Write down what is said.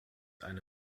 eine